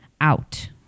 out